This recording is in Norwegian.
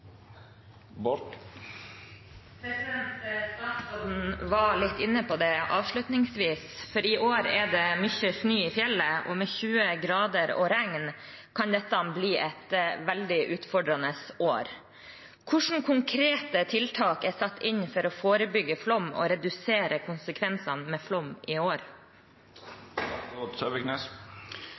Statsråden var litt inne på det avslutningsvis: I år er det mye snø i fjellet, og med 20 grader og regn kan dette bli et veldig utfordrende år. Hvilke konkrete tiltak er satt inn for å forebygge flom og redusere konsekvensene av flom i